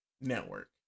network